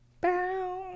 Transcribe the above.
Bow